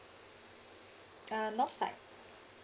north side